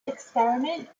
experiment